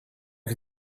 can